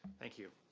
thank you.